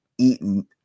eaten